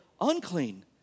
unclean